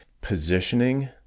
Positioning